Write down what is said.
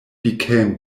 became